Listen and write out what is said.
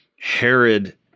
Herod